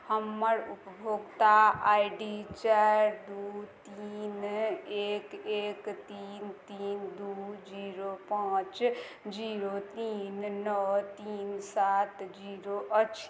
हमर उपभोक्ता I D चारि दू तीन एक एक तीन तीन दू जीरो पाँच जीरो तीन नओ तीन सात जीरो अछि